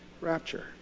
Rapture